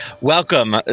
Welcome